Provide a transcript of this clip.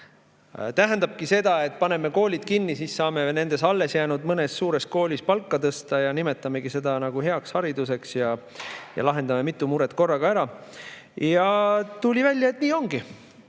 tähendabki seda, et paneme koolid kinni, siis saame nendes alles jäänud mõnes suures koolis palka tõsta, nimetamegi seda heaks hariduseks ja lahendame mitu muret korraga ära. Ja tuli välja, et nii ongi.